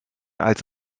als